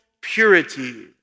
purity